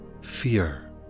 fear